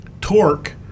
Torque